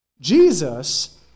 Jesus